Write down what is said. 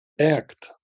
act